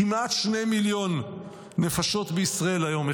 כמעט 2 מיליון נפשות בישראל היום,